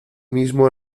mismo